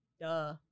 Duh